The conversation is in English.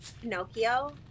Pinocchio